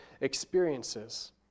experiences